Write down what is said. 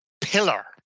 pillar